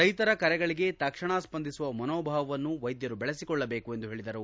ರೈತರ ಕರೆಗಳಿಗೆ ತಕ್ಷಣಕ್ಕೆ ಸ್ಪಂದಿಸುವ ಮನೋಭಾವ ವೈದ್ಯರು ಬೆಳೆಸಿಕೊಳ್ಳಬೇಕು ಎಂದು ತಿಳಿಸಿದರು